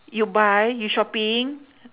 you buy you shopping